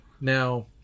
Now